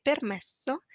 permesso